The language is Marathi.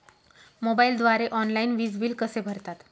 मोबाईलद्वारे ऑनलाईन वीज बिल कसे भरतात?